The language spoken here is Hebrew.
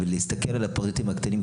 ולהסתכל על הפריטים הקטנים,